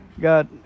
got